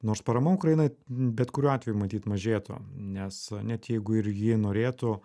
nors parama ukrainai bet kuriuo atveju matyt mažėtų nes net jeigu ir ji norėtų